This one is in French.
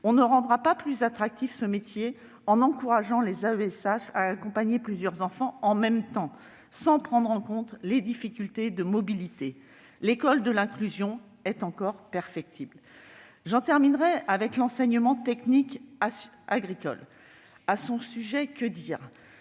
on ne rendra pas plus attractif ce métier en encourageant les AESH à accompagner plusieurs enfants en même temps, sans prendre en compte les difficultés de mobilité. L'école de l'inclusion est donc encore perfectible. Je terminerai en évoquant l'enseignement technique agricole. Que dire,